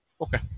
Okay